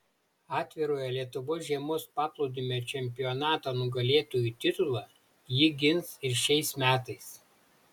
atvirojo lietuvos žiemos paplūdimio čempionato nugalėtojų titulą ji gins ir šiais metais